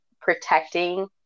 protecting